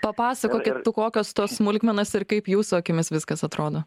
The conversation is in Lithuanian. papasakokit kokios tos smulkmenos ir kaip jūsų akimis viskas atrodo